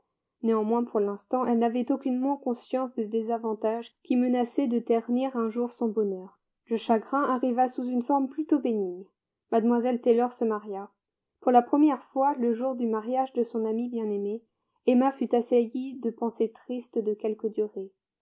néanmoins pour l'instant elle n'avait aucunement conscience des désavantages qui menaçaient de ternir un jour son bonheur le chagrin arriva sous une forme plutôt bénigne mlle taylor se maria pour la première fois le jour du mariage de son amie bien-aimée emma fut assaillie de pensées tristes de quelque durée